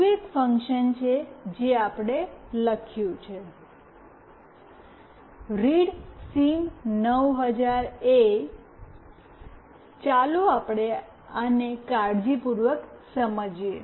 વધુ એક ફંક્શન છે જે આપણે લખ્યું છે રીડસિમ900એ ચાલો આપણે આને કાળજીપૂર્વક સમજીએ